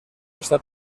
està